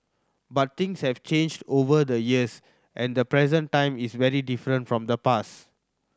but things have changed over the years and the present time is very different from the past